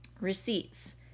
receipts